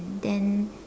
then